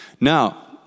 Now